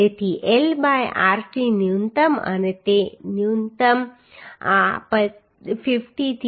તેથી L by rc ન્યુનત્તમ અને તે ન્યુનત્તમ આ 50 અથવા 0